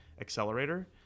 accelerator